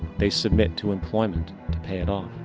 they submit to employment to pay it off.